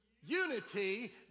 unity